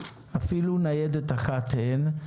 אפילו ניידת אחת אין.